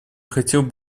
хотел